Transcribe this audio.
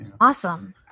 Awesome